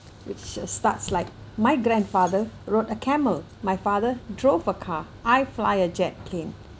which is starts like my grandfather rode a camel my father drove a car I fly a jet plane